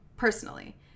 personally